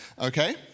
okay